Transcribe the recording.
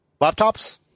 laptops